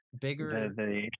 bigger